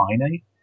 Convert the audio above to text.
finite